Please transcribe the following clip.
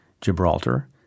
Gibraltar